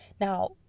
Now